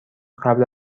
قبل